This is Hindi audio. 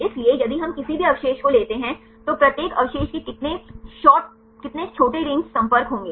इसलिए यदि हम किसी भी अवशेष को लेते हैं तो प्रत्येक अवशेष के कितने छोटे रेंज संपर्क होंगे